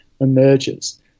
emerges